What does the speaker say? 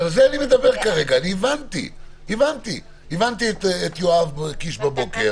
הבנתי את יואב קיש בבוקר.